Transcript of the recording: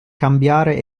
cambiare